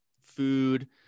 food